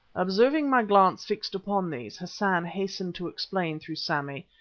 observing my glance fixed upon these, hassan hastened to explain, through sammy,